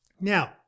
Now